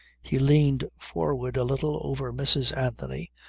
he leaned forward a little over mrs. anthony,